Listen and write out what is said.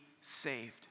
saved